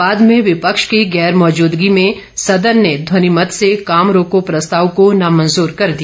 बाद में विपक्ष की गैर मौजूदगी में सदन ने ध्वनि मत से काम रोको प्रस्ताव को नामंजूर कर दिया